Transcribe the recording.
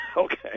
Okay